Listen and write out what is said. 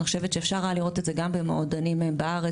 אני חושבת שאפשר היה לראות את זה גם במועדונים בארץ,